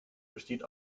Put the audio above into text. besteht